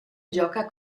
gioca